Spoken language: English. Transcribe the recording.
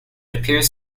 appears